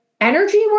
energy